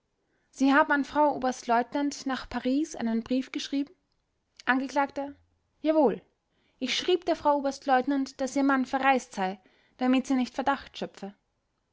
sie haben an frau oberstleutnant nach paris einen brief geschrieben angekl jawohl ich schrieb der frau oberstleutnant daß ihr mann verreist sei damit sie nicht verdacht schöpfte